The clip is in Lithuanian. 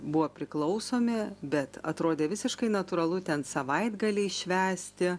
buvo priklausomi bet atrodė visiškai natūralu ten savaitgaliais švęsti